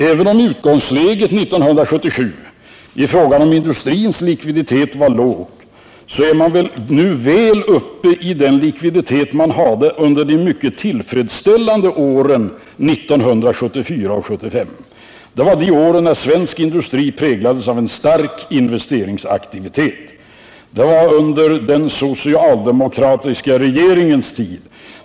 Även om utgångsläget 1977 i fråga om industrins likviditet var lågt, är man nu väl uppe i den likviditet man hade under de mycket tillfredsställande åren 1974 och 1975. Det var de år när svensk industri präglades av en stark investeringsaktivitet, det var under den socialdemokratiska regeringens tid.